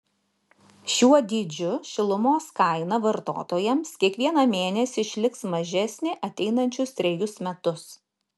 šiuo dydžiu šilumos kaina vartotojams kiekvieną mėnesį išliks mažesnė ateinančius trejus metus